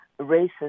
racist